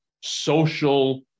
social